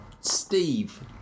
Steve